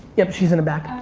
yup, she's in the back.